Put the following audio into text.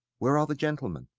where are the gentlemen?